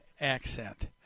accent